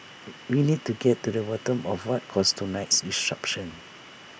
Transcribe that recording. we need to get to the bottom of what caused tonight's disruption